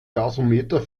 gasometer